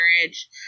marriage